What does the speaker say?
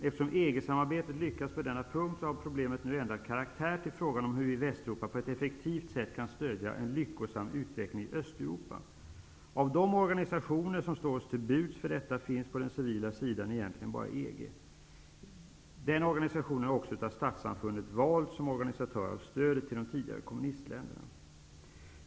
Eftersom EG-samarbetet lyckats på denna punkt har problemet nu ändrat karaktär, till att bli en fråga om hur vi i Västeuropa på ett effektivt sätt kan stödja en lyckosam utveckling i Östeuropa. Av de organisationer som i dag står oss till buds för detta finns på den civila sidan bara EG. EG är också den organisation som av statssamfundet valts som organisatör av stödet till de tidigare kommunistländerna.